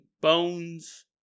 bones